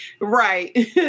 right